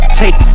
take